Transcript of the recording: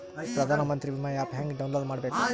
ಪ್ರಧಾನಮಂತ್ರಿ ವಿಮಾ ಆ್ಯಪ್ ಹೆಂಗ ಡೌನ್ಲೋಡ್ ಮಾಡಬೇಕು?